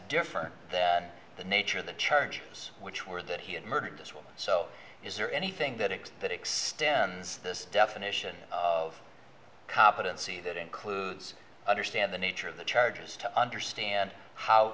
different than the nature of the charges which were that he had murdered this woman so is there anything that it that extends this definition of competency that includes understand the nature of the charges to understand how